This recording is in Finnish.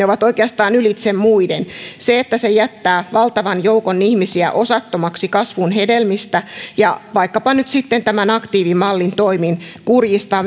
ovat oikeastaan ylitse muiden että se jättää valtavan joukon ihmisiä osattomaksi kasvun hedelmistä ja vaikkapa nyt sitten tämän aktiivimallin toimin kurjistaa